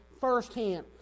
firsthand